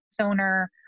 owner